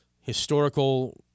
historical